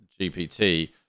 GPT